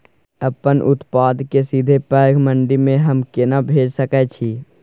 अपन उत्पाद के सीधा पैघ मंडी में हम केना भेज सकै छी?